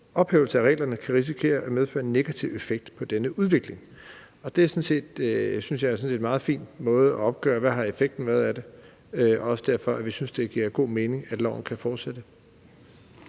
ophævelse af reglerne kan risikere at medføre en negativ effekt på denne udvikling. Det synes jeg sådan set er en meget fin måde at opgøre, hvad effekten af det har været, på. Det er også derfor, vi synes, at det giver god mening, at loven kan fortsætte.